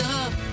up